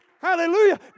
Hallelujah